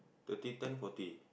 thirty turn forty